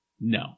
No